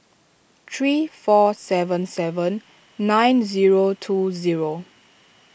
three four seven seven nine zero two zero